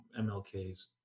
MLK's